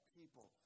people